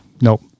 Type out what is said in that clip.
nope